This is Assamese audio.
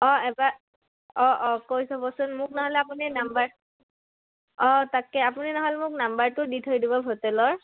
অঁ এবাৰ অঁ অঁ কৈ চাবচোন মোক নহ'লে আপুনি নাম্বাৰ অঁ তাকে আপুনি নহ'লে মোক নাম্বাৰটো দি থৈ দিব হোটেলৰ